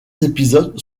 épisodes